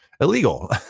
illegal